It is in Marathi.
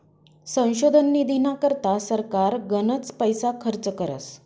संशोधन निधीना करता सरकार गनच पैसा खर्च करस